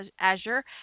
Azure